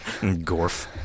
gorf